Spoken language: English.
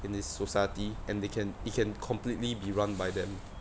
in this society and they can it can completely be run by them